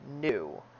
new